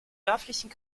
dörflichen